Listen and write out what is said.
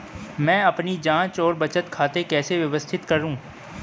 मैं अपनी जांच और बचत खाते कैसे व्यवस्थित करूँ?